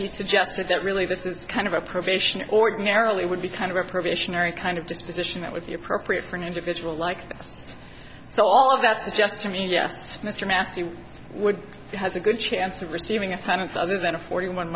he suggested that really this is kind of a probation ordinarily would be kind of a probationary kind of disposition that would be appropriate for an individual like this so all of that's just to me yes mr massey would be has a good chance of receiving a sentence other than a forty one